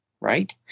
right